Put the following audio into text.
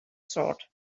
sword